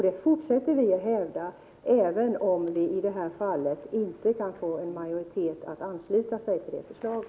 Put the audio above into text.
Det fortsätter vi att hävda, även om vi i det här fallet inte kan få en majoritet att ansluta sig till det förslaget.